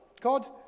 God